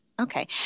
Okay